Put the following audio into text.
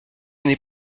n’est